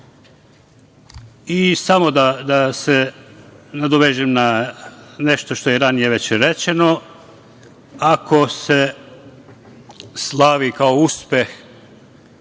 glas. Samo da se nadovežem na nešto što je ranije već rečeno, a koje se slavi kao uspeh,